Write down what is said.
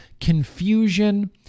confusion